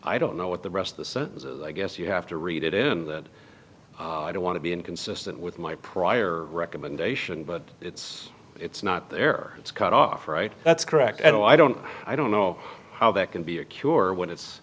i don't know what the rest of this i guess you have to read it in that i don't want to be inconsistent with my prior recommendation but it's it's not there it's cut off right that's correct and i don't i don't know how that can be a cure when it's